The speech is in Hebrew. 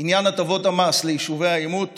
שעניין הטבות המס ליישובי העימות